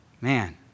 man